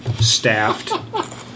staffed